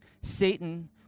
Satan